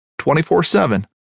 24-7